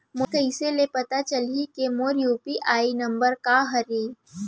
मोला कइसे ले पता चलही के मोर यू.पी.आई नंबर का हरे?